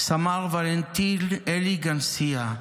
סמ"ר ולנטין אלי גנסיה,